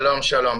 שלום, שלום.